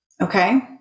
okay